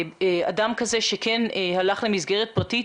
אדם כזה שכן הלך למסגרת פרטית,